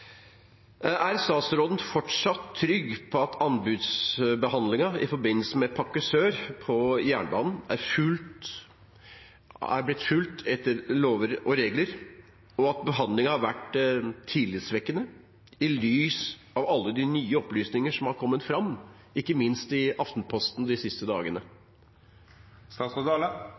Er statsråden fortsatt trygg på at en i anbudsbehandlingen i forbindelse med Pakke Sør på jernbanen har fulgt lover og regler, og at behandlingen har vært tillitvekkende – i lys av alle de nye opplysningene som har kommet fram, ikke minst i Aftenposten, de siste dagene?